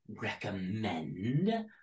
recommend